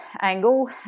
angle